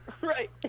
Right